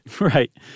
Right